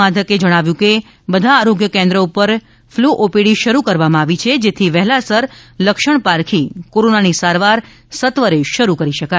માધક એ જણાવ્યુ છે કે બધા આરોગ્ય કેન્દ્ર ઉપર ફ્લ્ ઓપીડી શરૂ કરવામાં આવી છે જેથી વહેલાસર લક્ષણ પારખી કોરોનાની સારવાર સત્વરેશરૂ કરી શકાય